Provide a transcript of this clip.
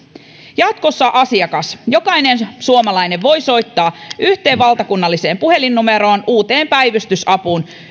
jatkossa asiakas jokainen suomalainen voi soittaa yhteen valtakunnalliseen puhelinnumeroon uuteen päivystysapuun